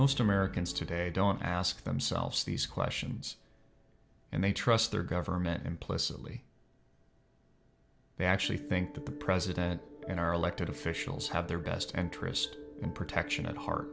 most americans today don't ask themselves these questions and they trust their government implicitly they actually think the president and our elected officials have their best interest and protection at heart